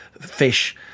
fish